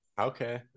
Okay